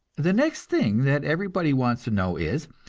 the next thing that everybody wants to know is,